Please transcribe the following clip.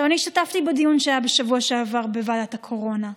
השתתפתי בדיון שהיה בשבוע שעבר בוועדת הקורונה,